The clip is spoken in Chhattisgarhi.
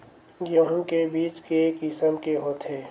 गेहूं के बीज के किसम के होथे?